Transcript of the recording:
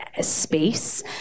space